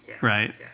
Right